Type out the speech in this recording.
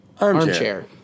Armchair